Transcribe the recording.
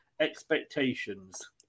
expectations